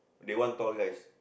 they want tall guys